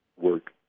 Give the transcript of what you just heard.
work